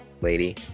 lady